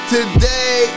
Today